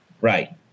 Right